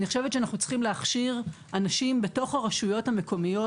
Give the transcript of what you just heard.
אני חושבת שצריך להכשיר אנשים בתוך הרשויות המקומיות,